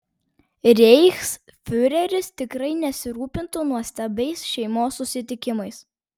reichsfiureris tikrai nesirūpintų nuostabiais šeimos susitikimais